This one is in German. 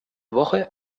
woche